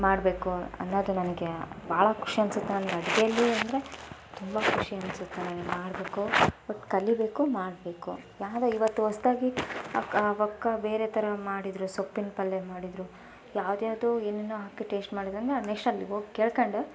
ಮಾಡಬೇಕು ಅನ್ನೋದು ನನಗೆ ಭಾಳ ಖುಷಿ ಅನಿಸುತ್ತೆ ನನಗೆ ಅಡುಗೇಲಿ ಅಂದರೆ ತುಂಬ ಖುಷಿ ಅನಿಸುತ್ತೆ ನನಗೆ ಮಾಡಬೇಕು ಒಟ್ಟು ಕಲಿಯಬೇಕು ಮಾಡಬೇಕು ಯಾವುದೇ ಇವತ್ತು ಹೊಸ್ದಾಗಿ ಅಕ್ ಆ ಅಕ್ಕ ಬೇರೆ ಥರ ಮಾಡಿದರು ಸೊಪ್ಪಿನ ಪಲ್ಯ ಮಾಡಿದರು ಯಾವುದ್ಯಾವ್ದೋ ಏನೇನೋ ಹಾಕಿ ಟೇಶ್ಟ್ ಮಾಡಿದಂಗೆ ನೆಕ್ಸ್ಟ್ ಅಲ್ಲಿಗೆ ಹೋಗ್ ಕೇಳ್ಕೊಂಡು